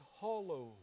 hollow